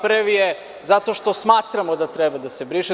Prvi je zato što smatramo da treba da se briše.